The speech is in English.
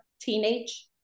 teenage